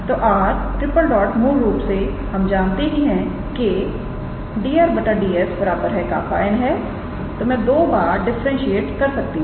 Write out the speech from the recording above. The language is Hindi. तो 𝑟⃛ मूल रूप से हम जानते हैं कि 𝑑𝑟⃗ 𝑑𝑠 𝜅𝑛̂ है तो मैं दो बार डिफरेंसिएट कर सकती हूं